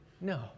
No